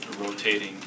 rotating